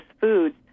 foods